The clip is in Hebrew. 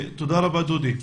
תודה רבה דודי.